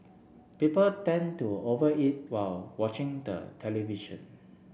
people tend to over eat while watching the television